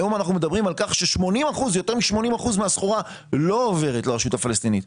היום יותר מ-80% מהסחורה לא עוברת לרשות הפלסטינית.